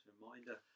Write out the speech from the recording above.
Reminder